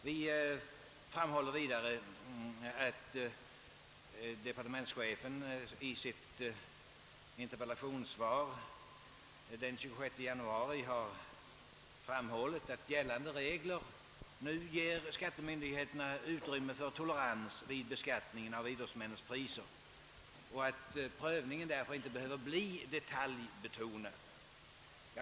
Vi framhåller också att departementschefen i ett interpellationssvar den 26 januari i år sagt att gällande regler medger, att skattemyndigheterna visar tolerans vid beskattningen av idrottsmännens priser och att prövningen därför inte behöver vara detaljerad. Herr talman!